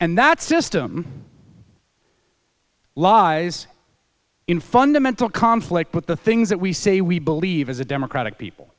and that system lies in fundamental conflict with the things that we say we believe as a democratic people